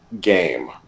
game